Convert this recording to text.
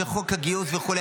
וחוק הגיוס וכו',